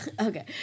Okay